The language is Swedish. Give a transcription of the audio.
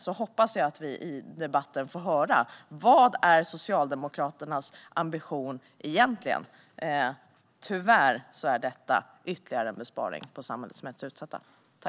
Jag hoppas att vi i debatten kan få höra vad Socialdemokraternas egentliga ambition är. Tyvärr är detta ytterligare en besparing på samhällets mest utsatta.